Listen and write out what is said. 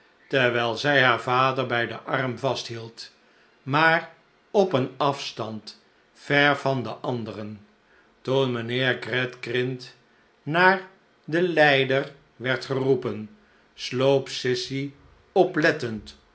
terwijl zij haar vader bij den arm vasthield maar op een afstand ver van de anderen toen mijnheer gradgrind naar den lijder werd geroepen sloop sissy oplettend